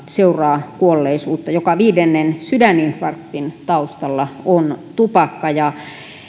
seuraa kuolleisuutta joka viidennen sydäninfarktin taustalla on tupakka